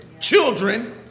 children